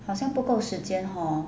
好像不够时间 hor